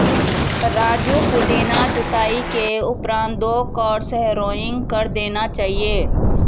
राजू पुदीना जुताई के उपरांत दो क्रॉस हैरोइंग कर देना चाहिए